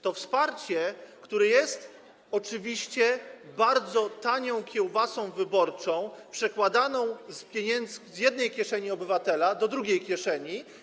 To wsparcie, które jest oczywiście bardzo tanią kiełbasą wyborczą przekładaną przez ten rząd z jednej kieszeni obywatela do drugiej kieszeni.